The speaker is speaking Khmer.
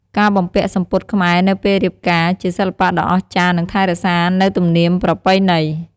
ការបំពាក់សំពត់ខ្មែរនៅពេលរៀបការជាសិល្បៈដ៏អស្ចារ្យនិងថែរក្សានៅទំនៀមប្រពៃណី។